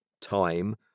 time